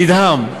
נדהם.